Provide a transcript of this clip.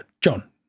John